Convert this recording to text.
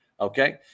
okay